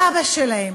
סבא שלהם,